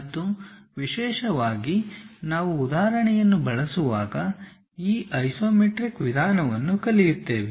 ಮತ್ತುವಿಶೇಷವಾಗಿ ನಾವು ಉದಾಹರಣೆಯನ್ನು ಬಳಸುವಾಗ ಈ ಐಸೊಮೆಟ್ರಿಕ್ ವಿಧಾನವನ್ನು ಕಲಿಯುತ್ತೇವೆ